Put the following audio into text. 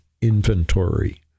inventory